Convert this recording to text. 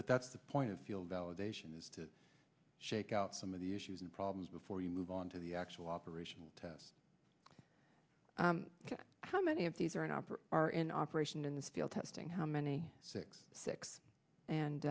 but that's the point of feel validation is to shake out some of the issues and problems before you move on to the actual operational test how many of these are in opera are in operation in the steel testing how many six six and